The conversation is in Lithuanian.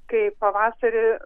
kai pavasarį